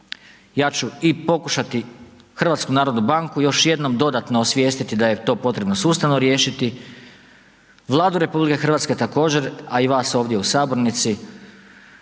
ja ću i pokušati HNB još jednom dodatno osvijestiti da je to potrebno sustavno riješiti, Vladu RH također a i vas ovdje u sabornici